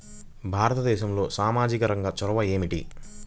భారతదేశంలో సామాజిక రంగ చొరవ ఏమిటి?